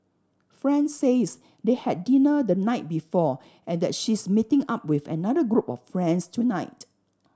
friend says they had dinner the night before and that she's meeting up with another group of friends tonight